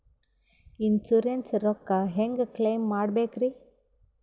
Insurance ರೊಕ್ಕ ಹೆಂಗ claim ಮಾಡ್ಬೇಕ್ರಿ?